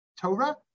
Torah